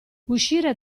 uscire